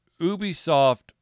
Ubisoft